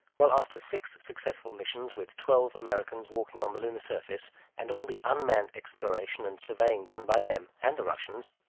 after six successful missions with twelve americans walking on the lunar surface and all the unmanned exploration and surveying done by them, and the russians,